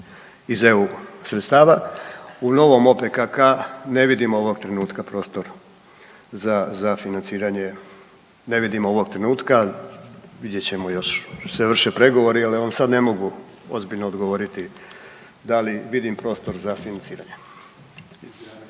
iz EU sredstava. U novom OPPK ne vidimo ovog trenutka prostor za, za financiranje, ne vidimo ovog trenutka, vidjet ćemo još se vrše pregovori ali ja vam sad ne mogu ozbiljno odgovoriti da li vidim prostor za financiranje.